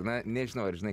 na nežinau ar žinai